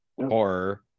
horror